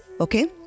Okay